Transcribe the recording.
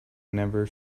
never